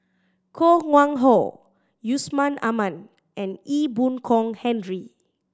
Koh Nguang How Yusman Aman and Ee Boon Kong Henry